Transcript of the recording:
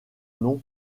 nom